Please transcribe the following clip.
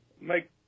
make